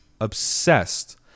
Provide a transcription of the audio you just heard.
obsessed